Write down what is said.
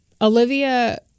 Olivia